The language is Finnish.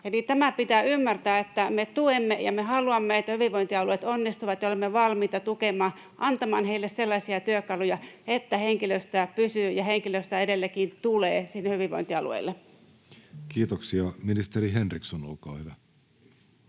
tämä pitää ymmärtää, että me tuemme ja me haluamme, että hyvinvointialueet onnistuvat, ja olemme valmiita tukemaan ja antamaan heille sellaisia työkaluja, että henkilöstö pysyy ja henkilöstöä edelleenkin tulee sinne hyvinvointialueille. [Speech 127] Speaker: Jussi Halla-aho